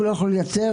לא יוכלו לייצר,